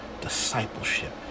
Discipleship